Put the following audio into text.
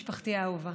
משפחתי האהובה,